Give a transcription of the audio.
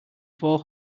four